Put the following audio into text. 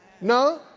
No